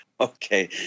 Okay